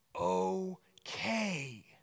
okay